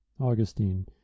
Augustine